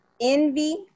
Envy